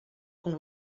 com